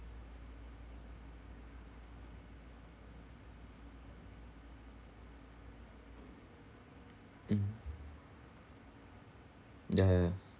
mm ya ya ya